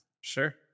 Sure